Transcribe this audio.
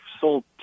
sold